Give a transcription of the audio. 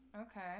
Okay